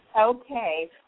Okay